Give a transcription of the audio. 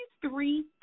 three